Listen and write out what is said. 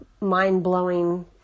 mind-blowing